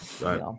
Right